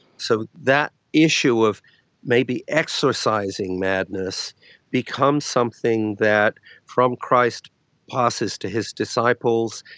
so that issue of maybe exorcising madness becomes something that from christ passes to his disciples,